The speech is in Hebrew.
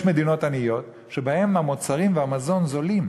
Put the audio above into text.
יש מדינות עניות שבהן המוצרים והמזון זולים,